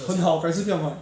很好改次不要买